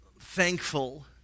thankful